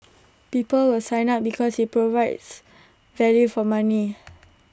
people will sign up because IT provides value for money